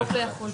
החוק לא יחול.